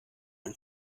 ein